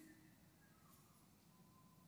לאמנת זכויות